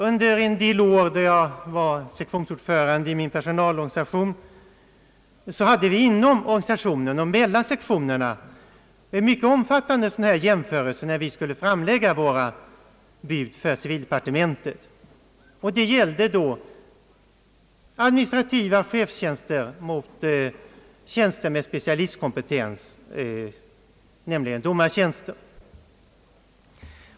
Under en del år, då jag var sektionsordförande i min personalorganisation, Sveriges juristförbund, hade vi inom organisationen och mellan sektionerna mycket omfattande dylika jämförelser, när vi skulle framlägga våra bud för civildepartementet. Det gällde då administrativa chefstjänster och tjänster med specialistkompetens, nämligen domartjänster.